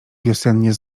wiosennie